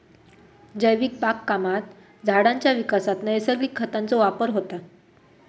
जैविक बागकामात झाडांच्या विकासात नैसर्गिक खतांचो वापर होता